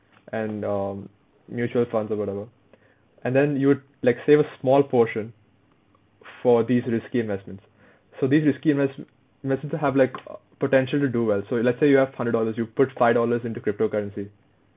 and um mutual funds or whatever and then you would like save a small portion for these risky investments so these risky invest~ investments will have like a potential to do well so if let's say you have hundred dollars you put five dollars into cryptocurrency